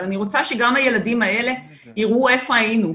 אבל אני רוצה שגם הילדים האלה יראו איפה היינו,